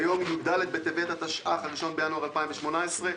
ביום י"ד בטבת התשע"ח (1 בינואר 2018),